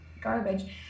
garbage